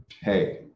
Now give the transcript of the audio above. hey